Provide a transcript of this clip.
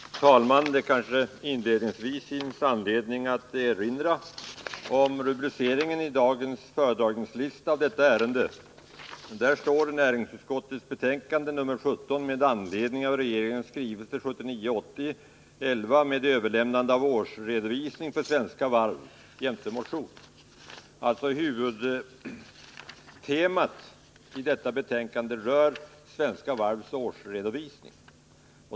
Herr talman! Det finns kanske anledning att inledningsvis erinra om rubriceringen av detta ärende på dagens föredragningslista: Näringsutskottets betänkande nr 17 ”med anledning av regeringens skrivelse 1979/80:11 med överlämnande av årsredovisning för Svenska Varv AB jämte motion”. Huvudtemat i detta betänkande gäller alltså Svenska Varvs årsredovisning.